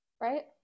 Right